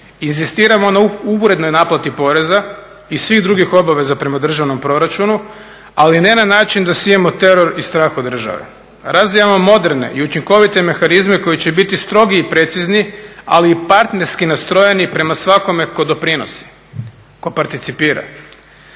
Inzistiramo na urednoj naplati poreza i svih drugih obaveza prema državnom proračunu, ali ne na način da sijemo teror i strah od države. Razvijamo moderne i učinkovite mehanizme koji će biti strogi i precizni ali i partnerski nastrojeni prema svakome tko doprinosi, tko participira.